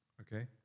Okay